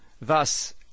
Thus